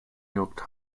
york